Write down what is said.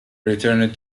returned